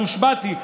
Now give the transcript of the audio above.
אז הושבעתי,